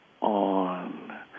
on